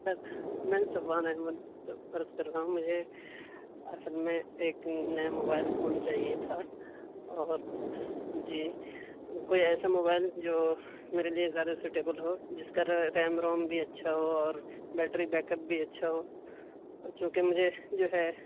سر میں سعبان احمد عرض کر رہا ہوں مجھے اصل میں ایک نیا موبائل فون چاہیے تھا اور جی کوئی ایسا موبائل جو میرے لیے زیادہ سوٹیبل ہو جس کا ریم روم بھی اچھا ہواور بیٹری بیک اپ بھی اچھا ہو چونکہ مجھے جو ہے